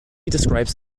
describes